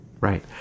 Right